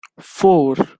four